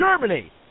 Germany